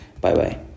bye-bye